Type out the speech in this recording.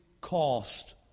cost